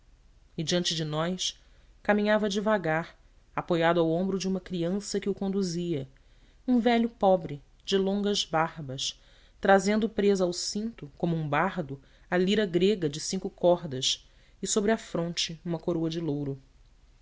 e diante de nós caminhava devagar apoiado ao ombro de uma criança que o conduzia um velho pobre de longas barbas trazendo presa ao cinto como um bardo a lira grega de cinco cordas e sobre a fronte uma coroa de louro